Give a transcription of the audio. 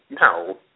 no